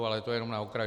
Ale to jenom na okraj.